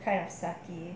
kind of sake